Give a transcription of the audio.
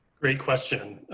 great question.